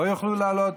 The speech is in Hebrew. שלא יוכלו לעלות,